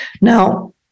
Now